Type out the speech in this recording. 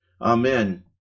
amen